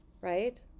right